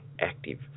active